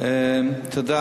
תודה